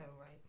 right